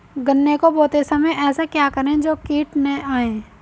गन्ने को बोते समय ऐसा क्या करें जो कीट न आयें?